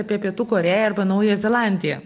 apie pietų korėją arba naująją zelandiją